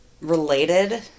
related